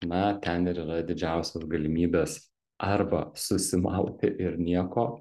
na ten ir yra didžiausios galimybės arba susimauti ir nieko